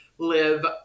Live